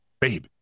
Babe